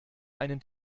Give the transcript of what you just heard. einen